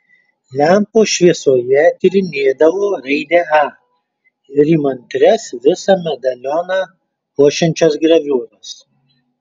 lempos šviesoje tyrinėdavo raidę a ir įmantrias visą medalioną puošiančias graviūras